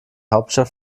hauptstadt